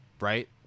right